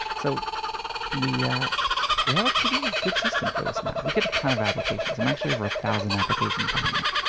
so we yeah we have a pretty good system for this, now. we get a ton of applications. i'm actually over one thousand applications behind now.